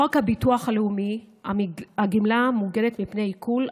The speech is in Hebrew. בחוק הביטוח הלאומי הגמלה מוגנת מפני עיקול,